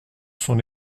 son